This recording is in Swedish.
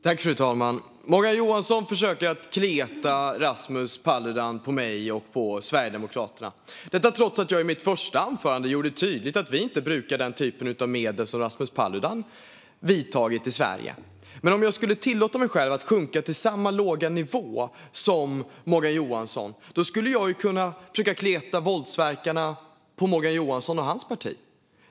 Fru talman! Morgan Johansson försöker kleta Rasmus Paludan på mig och på Sverigedemokraterna, detta trots att jag i mitt första anförande gjorde tydligt att vi inte brukar den typ av medel som Rasmus Paludan gjort i Sverige. Men om jag skulle tillåta mig själv att sjunka till Morgan Johanssons låga nivå skulle jag kunna försöka kleta våldsverkarna på Morgan Johansson och hans parti.